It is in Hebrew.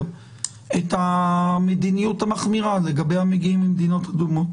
את המדיניות המחמירה לגבי המגיעים ממדינות אדומות.